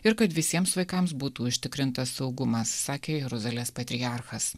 ir kad visiems vaikams būtų užtikrintas saugumas sakė jeruzalės patriarchas